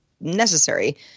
necessary